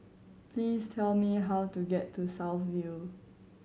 please tell me how to get to South View